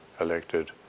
elected